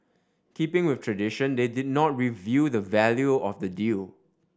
keeping with tradition they did not reveal the value of the deal